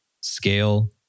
scale